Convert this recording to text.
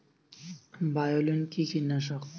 বায়োলিন কি কীটনাশক?